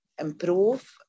improve